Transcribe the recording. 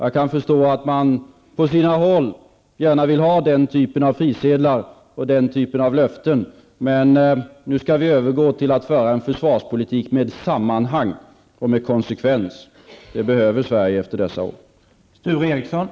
Jag förstår att man på sina håll gärna vill ha den typen av frisedlar och löften, men nu skall vi övergå till att föra en försvarspolitik med sammanhang och med konsekvens. Det behöver Sverige efter alla dessa år.